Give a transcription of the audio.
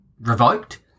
revoked